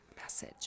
message